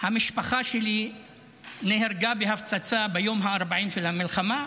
שהמשפחה שלי נהרגה בהפצצה ביום ה-40 של המלחמה,